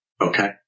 Okay